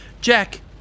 Jack